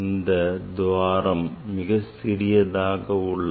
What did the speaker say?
இந்த துவாரம் மிக சிறியதாக உள்ளது